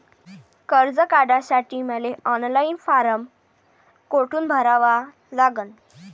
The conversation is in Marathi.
कर्ज काढासाठी मले ऑनलाईन फारम कोठून भरावा लागन?